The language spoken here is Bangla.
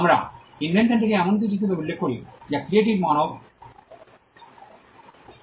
আমরা ইনভেনশনটিকে এমন কিছু হিসাবে উল্লেখ করি যা ক্রিয়েটিভ মানব শ্রম থেকে আসে